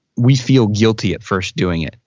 we feel guilty, at first, doing it.